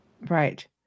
Right